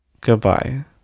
Goodbye